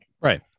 Right